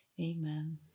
amen